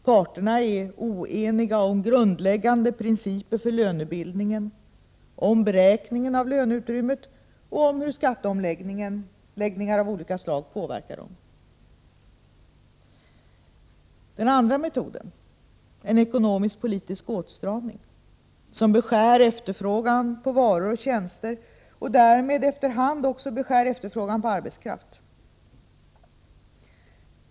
Parterna är oeniga om grundläggande principer för lönebildningen, om beräkningen av löneutrymmet och om hur skatteomläggningar av olika slag påverkar detta. För det andra: en ekonomisk-politisk åtstramning, som beskär efterfrågan på varor och tjänster — och därmed också efter hand beskär efterfrågan på arbetskraft.